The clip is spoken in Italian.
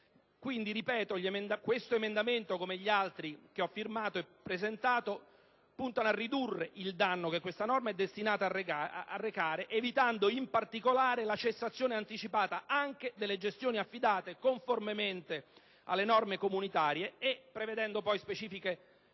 europee. L'emendamento in titolo, come altri che ho presentato, punta a ridurre il danno che questa norma è destinata a recare, evitando in particolare la cessazione anticipata anche delle gestioni affidate, conformemente alle norme comunitarie, e prevedendo specifiche tutele